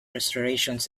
restorations